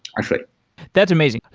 actually that's amazing.